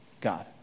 God